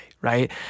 right